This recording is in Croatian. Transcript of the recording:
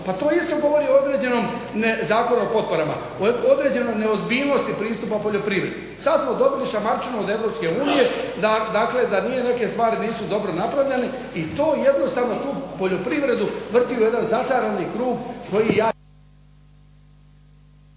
pa to isto govori u Zakonu o potporama o određenoj neozbiljnosti pristupa poljoprivredi. Sad smo dobili šamarčinu od EU dakle da neke stvari nisu dobro napravljene i to jednostavno tu poljoprivredu vrti u jedan začarani krug koji